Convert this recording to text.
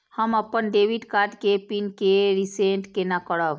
हम अपन debit card के पिन के रीसेट केना करब?